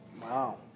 Wow